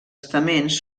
estaments